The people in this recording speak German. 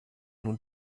nun